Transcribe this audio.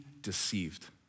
deceived